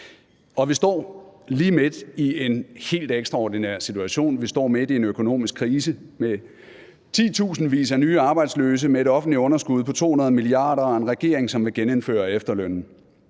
Vi står lige midt i en helt ekstraordinær situation. Vi står midt i en økonomisk krise med titusindvis af nye arbejdsløse, med et offentligt underskud på 200 mia. kr. og med en regering, som vil genindføre efterlønnen.